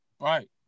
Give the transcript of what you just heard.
Right